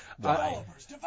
developers